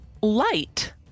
light